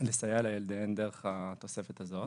לסייע לילדיהם דרך התוספת הזאת.